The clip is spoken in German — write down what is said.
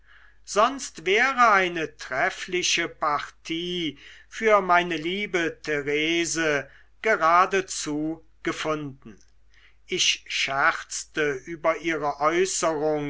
sonst wäre eine treffliche partie für meine liebe therese geradezu gefunden ich scherzte über ihre